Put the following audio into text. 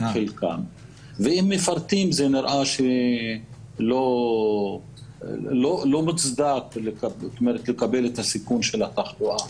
ואם מפרטים זה נראה לא מוצדק לקבל את הסיכון של התחלואה.